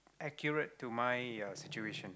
accurate to my uh situation